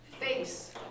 face